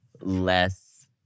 less